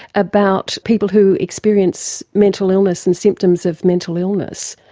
about people who experience mental illness and symptoms of mental illness?